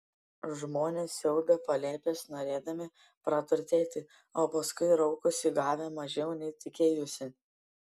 žmonės siaubia palėpes norėdami praturtėti o paskui raukosi gavę mažiau nei tikėjosi